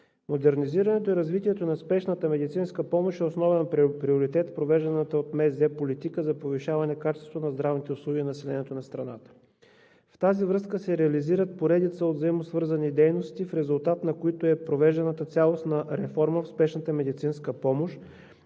модернизирането и развитието на спешната медицинска помощ е основен приоритет в провежданата от Министерство на здравеопазването политика за повишаване качеството на здравните услуги за населението в страната. В тази връзка се реализират поредица от взаимосвързани дейности, резултат от които е провежданата цялостна реформа в спешната медицинска помощ